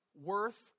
Worth